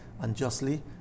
unjustly